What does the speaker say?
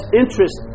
interest